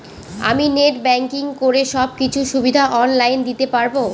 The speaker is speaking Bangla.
আমি নেট ব্যাংকিং করে সব কিছু সুবিধা অন লাইন দিতে পারবো?